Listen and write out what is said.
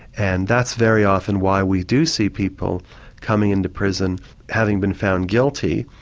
and that's very often why we do see people coming into prison having been found guilty,